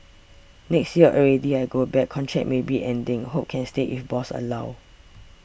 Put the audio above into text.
next year already I go back contract maybe ending hope can stay if boss allow